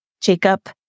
Jacob